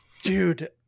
dude